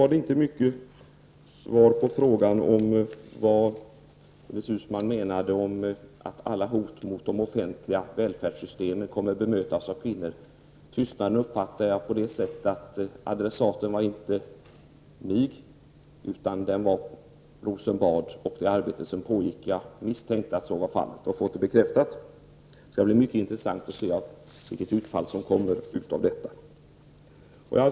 Jag fick inte mycket till svar på frågan vad Ines Uusmann menade med att alla hot mot de offentliga välfärdssystemen kommer att bemötas av kvinnor. Tystnaden uppfattade jag som att adressaten inte var jag utan Rosenbad och det arbete som pågår. Jag misstänkte att det var så och har nu fått det bekräftat. Det skall bli mycket intressant att se utfallet av det.